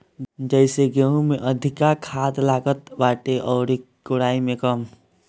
जइसे गेंहू में अधिका खाद लागत बाटे अउरी केराई में कम